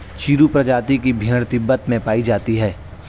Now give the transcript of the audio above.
चिरु प्रजाति की भेड़ तिब्बत में पायी जाती है